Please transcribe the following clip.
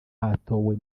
hatowe